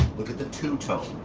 look at the two tone.